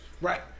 Right